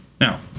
Now